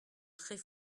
très